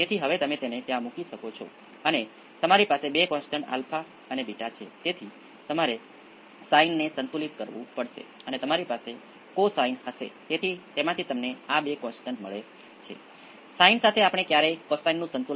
હવે મને કેટલાક આંકડાકીય મૂલ્યો લેવા દો હું L ને 100 નેનોહેનરી પ્રતિ સેકન્ડમાં અથવા 10 થી 8 રેડિયન્સ પ્રતિ સેકન્ડ બીજા શબ્દોમાં 100 મેગા રેડિયન્સ પ્રતિ સેકન્ડ હશે